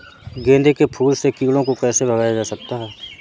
गेंदे के फूल से कीड़ों को कैसे भगाया जा सकता है?